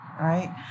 right